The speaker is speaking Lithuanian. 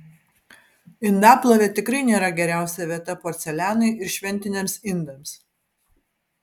indaplovė tikrai nėra geriausia vieta porcelianui ir šventiniams indams